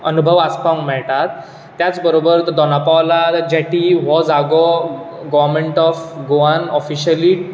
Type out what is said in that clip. अनुभव आस्पावूंक मेळटात त्याच बरोबर दोना पावला जॅटी हो जागो गोवर्मेंट ऑफ गोवान ऑफिशियली